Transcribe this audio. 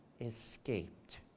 escaped